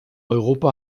europa